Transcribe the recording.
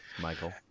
Michael